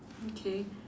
okay